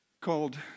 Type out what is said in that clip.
called